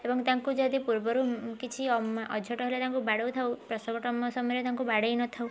ଏବଂ ତାଙ୍କୁ ଯଦି ପୂର୍ବରୁ କିଛି ଅମା ଅଝଟ ହେଲେ ତାଙ୍କୁ ବାଡ଼ାଉଥାଉ ପ୍ରସବ ସମୟରେ ତାଙ୍କୁ ବାଡ଼ାଇ ନଥାଉ